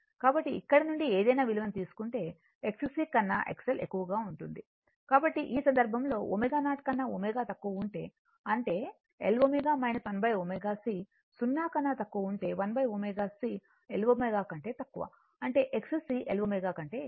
కాబట్టి ఇక్కడ నుండి ఏదైనా విలువను తీసుకుంటే XC కన్నా XL ఎక్కువగా ఉంటుంది ఈ సందర్భంలో ω0 కన్నాω తక్కువ ఉంటే అంటే L ω 1 ω C 0 కన్నా తక్కువ అంటే 1ω C L ω కంటే ఎక్కువ అంటే XC L ω కంటేఎక్కువ